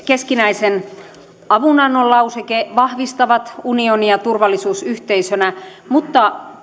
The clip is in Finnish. keskinäisen avunannon lauseke vahvistavat unionia turvallisuusyhteisönä mutta